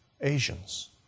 Asians